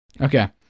Okay